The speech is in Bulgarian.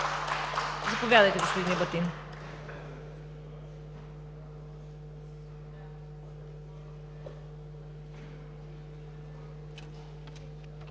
Заповядайте господин Ебатин.